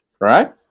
right